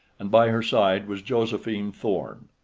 and by her side was josephine thorn.